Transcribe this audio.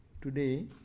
today